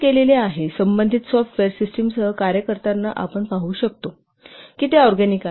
आपण पाहू शकता की संबंधित सॉफ्टवेअर सिस्टमसह कार्य करताना ते ऑरगॅनिक आहे